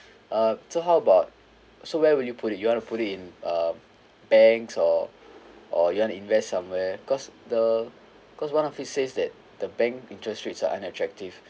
uh so how about so where will you put it you want to put it in uh banks or or you want invest somewhere cause the cause one of it says that the bank interest rates are unattractive